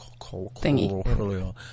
thingy